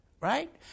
right